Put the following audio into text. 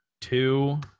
two